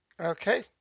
Okay